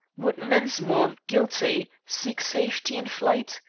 would mensmore, guilty, seek safety in flight?